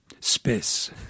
Space